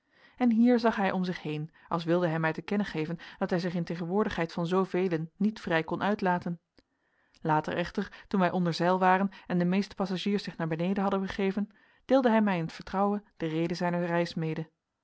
en hier zag hij om zich heen als wilde hij mij te kennen geven dat hij zich in tegenwoordigheid van zoovelen niet vrij kon uitlaten later echter toen wij onder zeil waren en de meeste passagiers zich naar beneden hadden begeven deelde hij mij in t vertrouwen de reden zijner reis mede